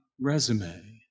resume